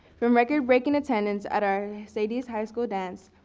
from record breaking attendance at our sadie's high school dance,